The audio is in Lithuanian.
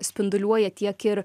spinduliuoja tiek ir